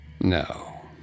No